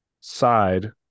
side